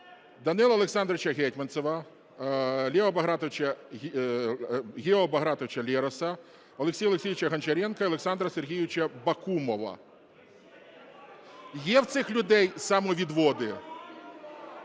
Данила Олександровича Гетманцева, Гео Багратовича Лероса, Олексія Олексійовича Гончаренка і Олександра Сергійовича Бакумова. Є в цих людей самовідводи?